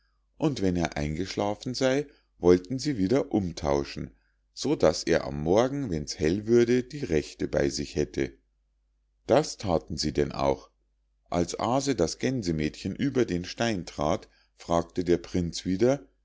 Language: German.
und wenn er eingeschlafen sei wollten sie wieder umtauschen so daß er am morgen wenn's hell würde die rechte bei sich hätte das thaten sie denn auch als aase das gänsemädchen über den stein trat fragte der prinz wieder